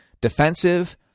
defensive